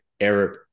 Arab